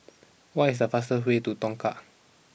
what is the fast way to Tongkang